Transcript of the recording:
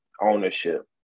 ownership